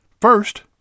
First